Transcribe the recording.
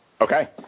Okay